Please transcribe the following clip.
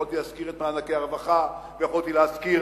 יכולתי להזכיר את מענקי הרווחה ויכולתי להזכיר